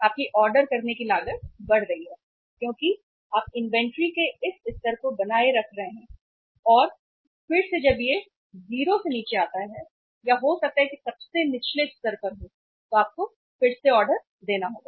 आपकी ऑर्डर करने की लागत बढ़ रही है क्योंकि आप इन्वेंट्री के इस स्तर को बनाए रख रहे हैं और फिर से जब यह 0 से नीचे आता है या हो सकता है कि सबसे निचले स्तर पर हो तो आपको फिर से ऑर्डर देना होगा